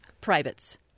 privates